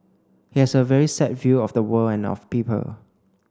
he has a very set view of the world and of people